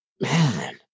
Man